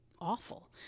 awful